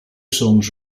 songs